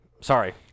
Sorry